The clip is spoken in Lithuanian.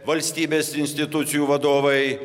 valstybės institucijų vadovai